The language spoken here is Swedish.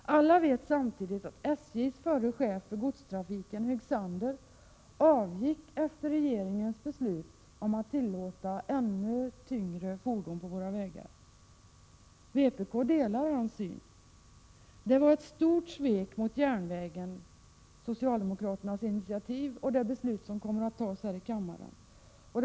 Alla vet att SJ:s förre chef för godstrafiken, Högsander, avgick efter regeringens beslut att tillåta ännu tyngre fordon på våra vägar. Vpk delar hans syn. Socialdemokraternas initiativ och det beslut som kommer att fattas här i kammaren är ett stort svek mot järnvägen.